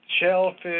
shellfish